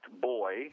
boy